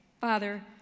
Father